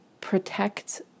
protect